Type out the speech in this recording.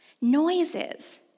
Noises